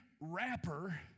rapper